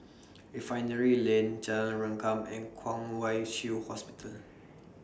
Refinery Lane Jalan Rengkam and Kwong Wai Shiu Hospital